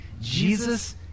Jesus